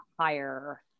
higher